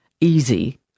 easy